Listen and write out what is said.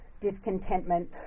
discontentment